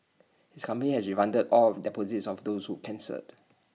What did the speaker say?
his company has refunded all of deposits of those who cancelled